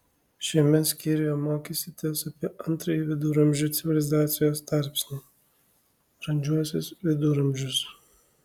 šiame skyriuje mokysitės apie antrąjį viduramžių civilizacijos tarpsnį brandžiuosius viduramžius